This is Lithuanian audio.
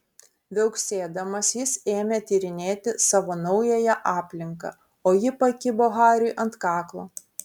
viauksėdamas jis ėmė tyrinėti savo naująją aplinką o ji pakibo hariui ant kaklo